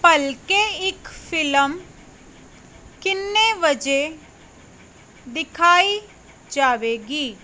ਭਲਕੇ ਇੱਕ ਫਿਲਮ ਕਿੰਨੇ ਵਜੇ ਦਿਖਾਈ ਜਾਵੇਗੀ